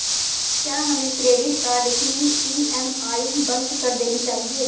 क्या हमें credit card की ई.एम.आई बंद कर देनी चाहिए?